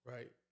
Right